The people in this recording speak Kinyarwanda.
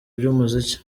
by’umuziki